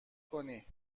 کنی